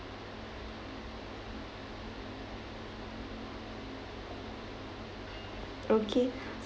okay